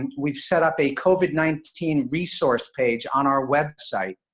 and we've set up a covid nineteen resource page on our website.